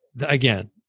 Again